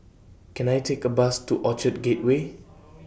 Can I Take A Bus to Orchard Gateway